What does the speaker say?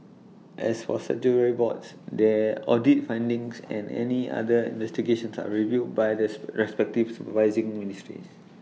as for statutory boards their audit findings and any other investigations are reviewed by this respective supervising ministries